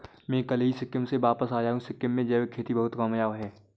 मैं कल ही सिक्किम से वापस आया हूं सिक्किम में जैविक खेती बहुत कामयाब है